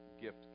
gift